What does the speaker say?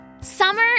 Summer